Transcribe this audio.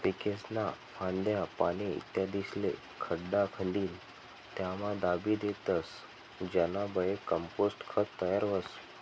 पीकेस्न्या फांद्या, पाने, इत्यादिस्ले खड्डा खंदीन त्यामा दाबी देतस ज्यानाबये कंपोस्ट खत तयार व्हस